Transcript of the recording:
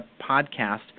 podcast